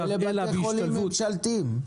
אלא בהשתלבות --- אלה בתי חולים ממשלתיים.